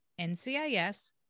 NCIS